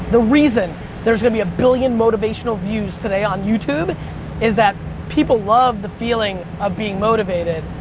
the reason there's gonna be a billion motivational views today on youtube is that people love the feeling of being motivated.